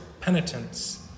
penitence